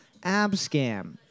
Abscam